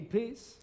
peace